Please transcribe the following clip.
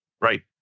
Right